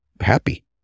happy